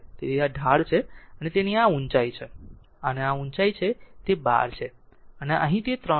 તેથી તે આ ઢાળ છે તે આ ઉચાઇ છે તે આ ઉચાઇ છે તે 12 છે અને આ અહીંથી તે 3 છે